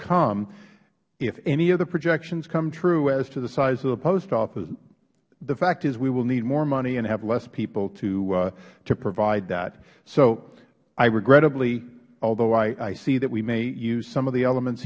come if any of the projections come true as to the size of the post office the fact is we will need more money and have less people to provide that so i regrettably although i see that we may use some of the elements